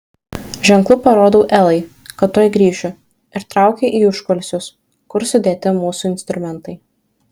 ženklu parodau elai kad tuoj grįšiu ir traukiu į užkulisius kur sudėti mūsų instrumentai